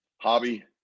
Hobby